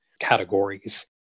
categories